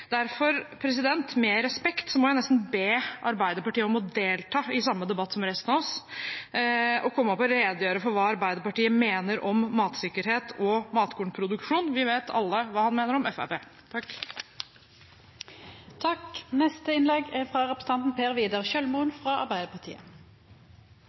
Derfor, med respekt, må jeg nesten be Arbeiderpartiet om å delta i samme debatt som resten av oss og komme opp og redegjøre for hva Arbeiderpartiet mener om matsikkerhet og matkornproduksjon. Vi vet alle hva han mener om Fremskrittspartiet. Representanten Westgaard-Halle og representanten Bjørnstad lurer på hvordan undertegnede har opptrådt i skoledebatter tidligere. Til det er